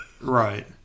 Right